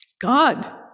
God